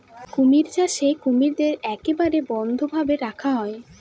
কুমির চাষে কুমিরদের একেবারে বদ্ধ ভাবে রাখা হয়